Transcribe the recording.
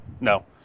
no